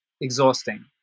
exhausting